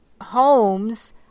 homes